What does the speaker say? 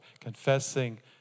confessing